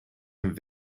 een